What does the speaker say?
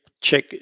check